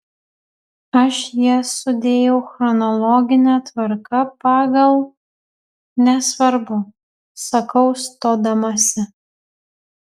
aš jas sudėjau chronologine tvarka pagal nesvarbu sakau stodamasi